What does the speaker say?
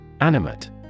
Animate